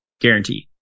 guaranteed